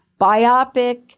biopic